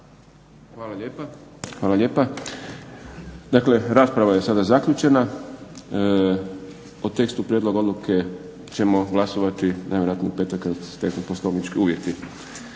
Hvala lijepa. Dakle, rasprava je sada zaključena. O tekstu prijedloga odluke ćemo glasovati najvjerojatnije u petak kad se steknu poslovnički uvjeti.